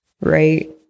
right